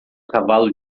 cavalo